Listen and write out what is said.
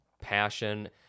passion